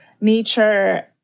nature